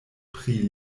pri